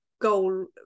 goal